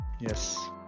yes